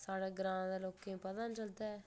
साढ़े ग्रां दे लोकें गी पता निं चलदा ऐ